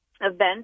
events